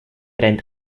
rennt